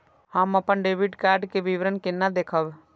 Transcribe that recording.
हम अपन debit card के विवरण केना देखब?